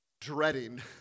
dreading